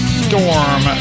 storm